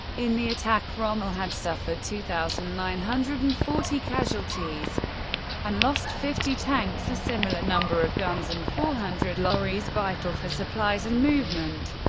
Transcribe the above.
in the attack rommel had suffered two thousand nine hundred and forty casualties and lost fifty tanks, a similar number of guns, and four hundred lorries, vital for supplies and movement.